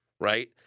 Right